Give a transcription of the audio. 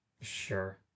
Sure